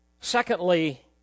Secondly